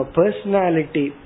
personality